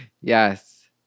yes